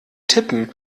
tippen